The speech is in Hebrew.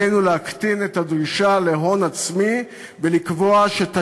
עלינו להקטין את הדרישה להון עצמי ולקבוע שגובה